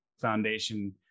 Foundation